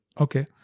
okay